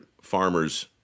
farmers